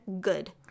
good